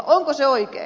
onko se oikein